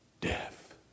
death